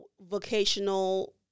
vocational